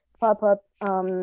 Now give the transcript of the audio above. pop-up